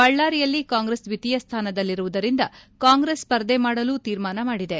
ಬಳ್ಳಾರಿಯಲ್ಲಿ ಕಾಂಗ್ರೆಸ್ ದ್ವೀತಿಯ ಸ್ವಾನದಲ್ಲಿರುವುದರಿಂದ ಕಾಂಗ್ರೆಸ್ ಸ್ಪರ್ಧೆ ಮಾಡಲು ತೀರ್ಮಾನ ಮಾಡಿದೆ